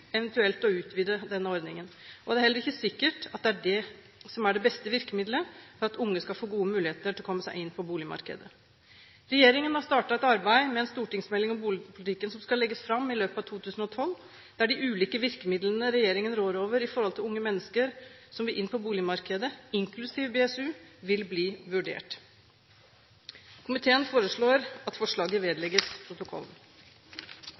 eventuelt å utvide denne ordningen, og det er heller ikke sikkert at det er det beste virkemidlet for at unge skal få gode muligheter til å komme seg inn på boligmarkedet. Regjeringen har startet arbeidet med en stortingsmelding om boligpolitikken som skal legges fram i løpet av 2012, der de ulike virkemidlene regjeringen rår over overfor unge mennesker som vil inn på boligmarkedet, inklusiv BSU, vil bli vurdert. Komiteen foreslår at forslaget vedlegges protokollen.